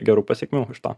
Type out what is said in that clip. gerų pasekmių iš to